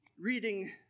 Reading